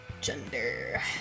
Gender